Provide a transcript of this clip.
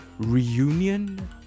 Reunion